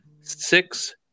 Six